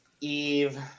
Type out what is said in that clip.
eve